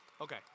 Okay